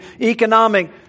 economic